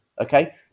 Okay